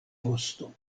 vosto